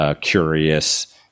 curious